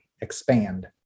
expand